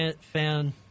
fan